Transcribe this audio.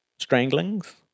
stranglings